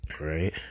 Right